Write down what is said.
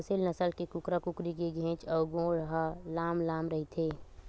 असेल नसल के कुकरा कुकरी के घेंच अउ गोड़ ह लांम लांम रहिथे